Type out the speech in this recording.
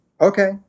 okay